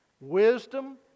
Wisdom